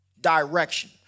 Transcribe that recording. direction